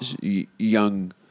Young